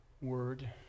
word